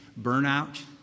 burnout